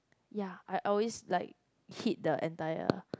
ya I always like hit the entire